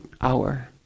hour